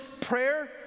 prayer